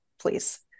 Please